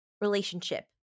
Relationship